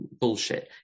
Bullshit